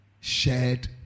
shared